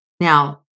Now